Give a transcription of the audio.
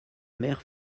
mère